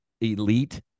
elite